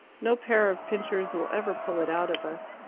no pair of pincers will ever pull it out of us.